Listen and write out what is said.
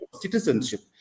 citizenship